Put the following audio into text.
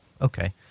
okay